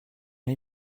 les